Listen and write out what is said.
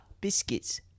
Biscuits